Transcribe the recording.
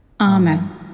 amen